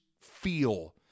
feel